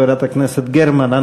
חברת הכנסת גרמן.